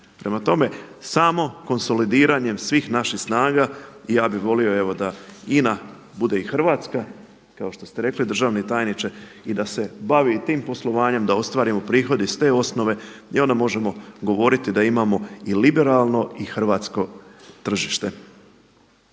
Prema tome, samo konsolidiranjem svih naših snaga i ja bih volio evo da INA bude i Hrvatska kao što ste rekli državni tajniče i da se bavi i tim poslovanjem, da ostvarimo prihod i iz te osnove, gdje onda možemo govoriti da imamo i liberalno i hrvatsko tržište.